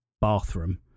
bathroom